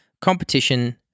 competition